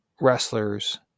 wrestlers